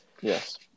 Yes